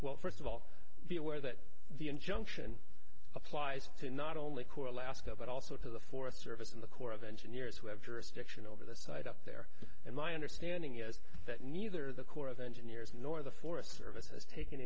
well first of all be aware that the injunction applies to not only core alaska but also to the forest service and the corps of engineers who have jurisdiction over the site up there and my understanding is that neither the corps of engineers nor the forest service is tak